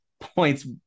points